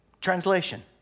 Translation